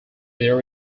there